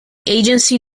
agency